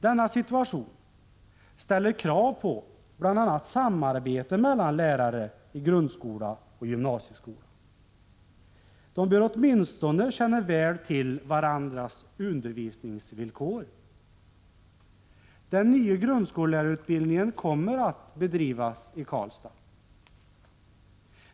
Denna situation ställer krav på bl.a. samarbete mellan lärare i grundskola och gymnasieskola. De bör åtminstone känna väl till varandras undervisningsvillkor. Den nya grundskollärarutbildningen kommer att bedrivas i Karlstad.